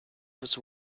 was